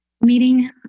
meeting